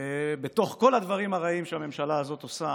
בתוך כל הדברים הרעים שהממשלה הזו עושה,